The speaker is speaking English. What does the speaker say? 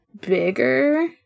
bigger